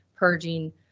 Purging